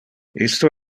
isto